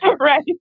Right